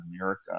America